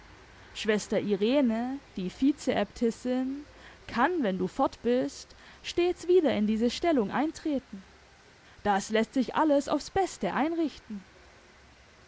schwester irene die vizeäbtissin kann wenn du fort bist stets wieder in diese stellung eintreten das läßt sich alles aufs beste einrichten